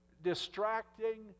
distracting